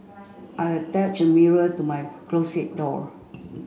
I attached a mirror to my closet door